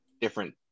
different